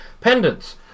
pendants